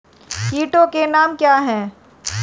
कीटों के नाम क्या हैं?